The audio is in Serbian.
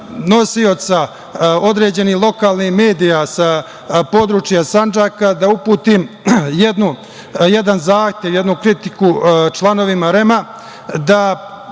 nosioca određenih lokalnih medija sa područja Sandžaka da uputim jedan zahtev, jednu kritiku članovima REM-a,